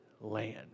land